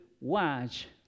watch